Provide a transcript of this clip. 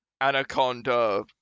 Anaconda